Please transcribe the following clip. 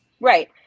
Right